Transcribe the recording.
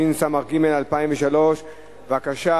התשס"ג 2003. בבקשה,